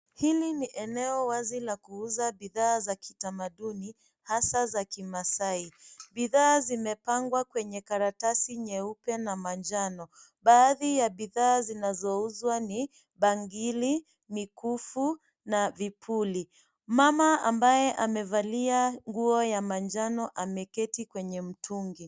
Hili ni eneo wazi la kuuza bidhaa za kitamaduni, hasa za kimasai. Bidhaa zimepangwa kwenye karatasi nyeupe na manjano. Baadhi ya bidhaa zinazouzwa ni, bangili, mikufu na vipuli. Mama ambaye amevalia nguo ya manjano ameketi kwenye mtungi.